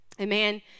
Amen